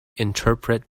interpret